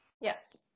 Yes